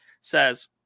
says